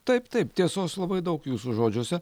taip taip tiesos labai daug jūsų žodžiuose